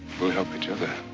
we'll help each other.